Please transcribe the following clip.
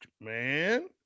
man